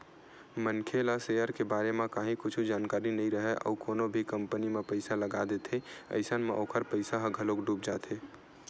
मनखे ला सेयर के बारे म काहि कुछु जानकारी नइ राहय अउ कोनो भी कंपनी म पइसा लगा देथे अइसन म ओखर पइसा ह घलोक डूब जाथे